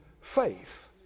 faith